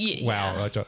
wow